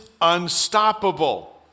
unstoppable